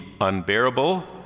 unbearable